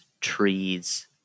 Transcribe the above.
trees